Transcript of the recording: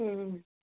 হুম